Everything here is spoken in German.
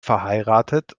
verheiratet